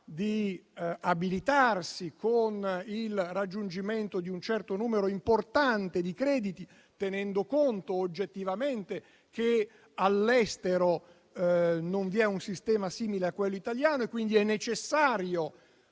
di abilitarsi con il raggiungimento di un numero importante di crediti - tenendo conto oggettivamente che all'estero non vi è un sistema simile a quello italiano e, quindi, è necessario